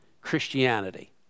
Christianity